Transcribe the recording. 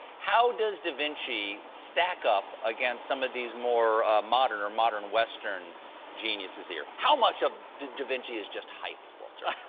how does da vinci stack up against some of these more modern, or modern western geniuses here? how much of da vinci is just hype, waltier?